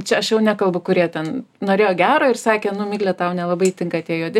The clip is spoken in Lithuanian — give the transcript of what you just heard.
čia aš jau nekalbu kurie ten norėjo gero ir sakė nu miglė tau nelabai tinka tie juodi